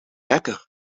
lekker